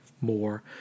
more